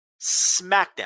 SmackDown